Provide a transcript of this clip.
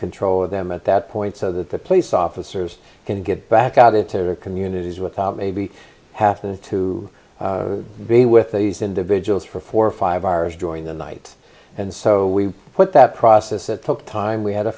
control of them at that point so that the police officers can get back out into their communities with maybe half and to be with these individuals for four or five hours during the night and so we put that process it took time we had to